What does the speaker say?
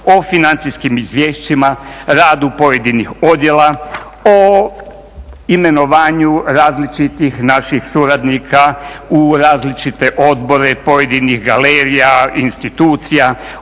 o financijskim izvješćima, radu pojedinih odjela, o imenovanju različitih naših suradnika u različite odbore pojedinih galerija, institucija,